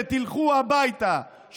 שתלכו הביתה,